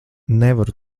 nevaru